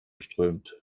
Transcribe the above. strömt